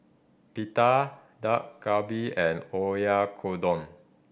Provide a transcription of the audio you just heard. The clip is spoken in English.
Pita Dak Galbi and Oyakodon